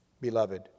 beloved